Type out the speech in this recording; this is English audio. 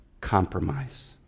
compromise